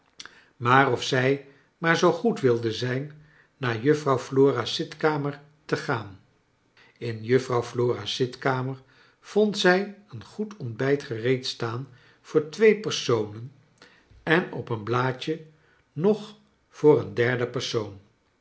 maar of zij maar zoo goed wilde zijn naar juffrouw flora's zitkamer te gaan in juffrouw flora's zitkamer vond zij een goed ontbijt gereed staan voor twee personen en op een blaadje nog voor een derde persoon